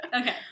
Okay